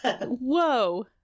Whoa